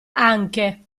anche